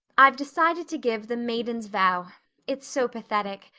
i've decided to give the maiden's vow it's so pathetic.